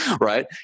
right